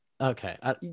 okay